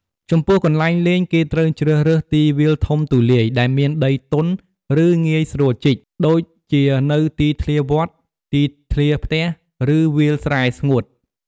ចំពោះកន្លែងលេង គេត្រូវជ្រើសរើស ទីវាលធំទូលាយ ដែលមានដីទន់ ឬងាយស្រួលជីក ដូចជានៅទីធ្លាវត្ត ទីធ្លាផ្ទះ ឬវាលស្រែស្ងួត។